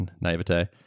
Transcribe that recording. naivete